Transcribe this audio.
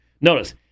Notice